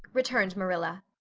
returned marilla.